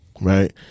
right